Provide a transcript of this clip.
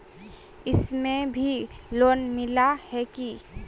इसमें भी लोन मिला है की